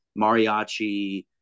mariachi